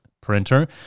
printer